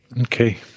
okay